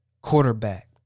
Quarterback